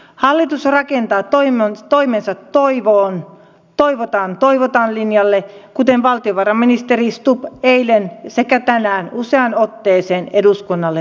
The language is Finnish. hallitus rakentaa toimensa toivoon toivotaan toivotaan linjalle kuten valtiovarainministeri stubb eilen sekä tänään useaan otteeseen eduskunnalle toisti